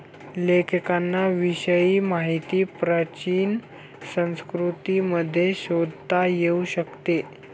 लेखांकनाविषयी माहिती प्राचीन संस्कृतींमध्ये शोधता येऊ शकते